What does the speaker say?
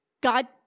God